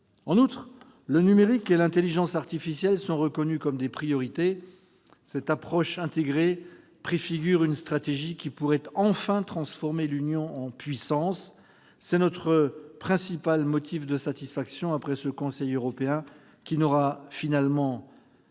En outre, le numérique et l'intelligence artificielle sont reconnus comme des priorités. Cette approche intégrée préfigure une stratégie qui pourrait enfin transformer l'Union en puissance. C'est notre principal motif de satisfaction après ce Conseil européen, qui n'aura finalement